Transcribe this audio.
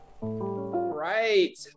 right